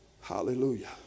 Hallelujah